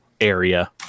area